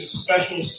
special